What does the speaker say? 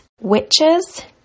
witches